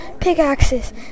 pickaxes